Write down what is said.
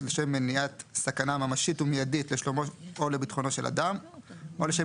לשם מניעת סכנה ממשית ומיידית לשלומו או לביטחונו של אדם או לשם